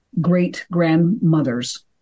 great-grandmothers